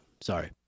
Sorry